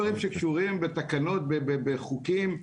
לא הדברים שקשורים בתקנות ובחוקים.